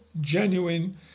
genuine